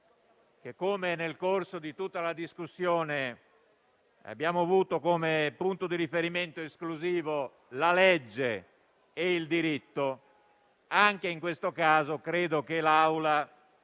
come nel corso di tutta la discussione abbiamo avuto come punto di riferimento esclusivo la legge e il diritto, anche in questo caso credo che l'Assemblea